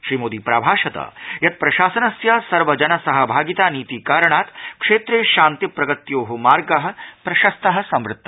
श्री मोदी प्राभाषत यत् प्रशासनस्य सर्वजन सहभागिता नीति कारणात् क्षेत्रे शान्ति प्रगत्योः मार्गः प्रशस्तः जातः